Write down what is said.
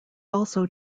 also